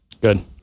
Good